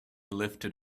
lifted